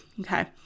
Okay